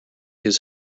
his